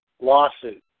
lawsuit